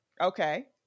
Okay